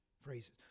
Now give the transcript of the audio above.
phrases